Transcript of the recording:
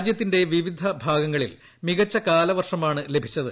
രാജ്യത്തിന്റെ വിവിധ ഭാഗങ്ങളിൽ മികച്ച കാലവർഷമാണ് ലഭിച്ചത്